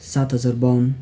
सात हजार बाउन्न